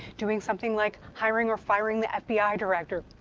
doing something like hiring or firing the fbi director,